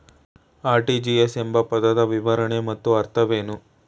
RTGS ಎಂಬ ಪದದ ವಿವರಣೆ ಮತ್ತು ಅರ್ಥವೇನು?